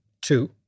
Two